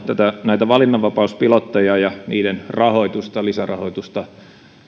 näitä valinnanvapauspilotteja ja niiden lisärahoitusta